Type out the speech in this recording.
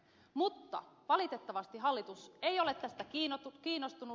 mutta valitettavasti hallitus ei ole tästä kiinnostunut